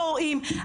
פורעים,